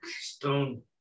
stone